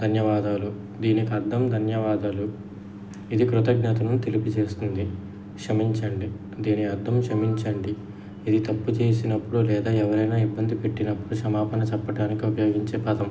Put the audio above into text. ధన్యవాదాలు దీనికి అర్థం ధన్యవాదాలు ఇది కృతజ్ఞతను తెలియజేస్తుంది క్షమించండి దీని అర్థం క్షమించండి ఇది తప్పు చేసినప్పుడు లేదా ఎవరైనా ఇబ్బంది పెట్టినప్పుడు క్షమాపణ చెప్పడానికి ఉపయోగించే పదం